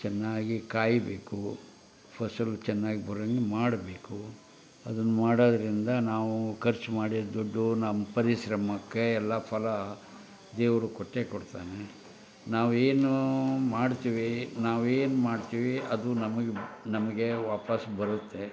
ಚೆನ್ನಾಗಿ ಕಾಯಬೇಕು ಫಸಲು ಚೆನ್ನಾಗಿ ಬರೋಂಗೆ ಮಾಡಬೇಕು ಅದನ್ನ ಮಾಡೋದರಿಂದ ನಾವು ಖರ್ಚು ಮಾಡಿದ ದುಡ್ಡು ನಮ್ಮ ಪರಿಶ್ರಮಕ್ಕೆ ಎಲ್ಲ ಫಲ ದೇವರು ಕೊಟ್ಟೆ ಕೊಡ್ತಾನೆ ನಾವೇನು ಮಾಡ್ತೀವಿ ನಾವೇನು ಮಾಡ್ತೀವಿ ಅದು ನಮ್ಗೆ ನಮಗೆ ವಾಪಸ್ಸು ಬರುತ್ತೆ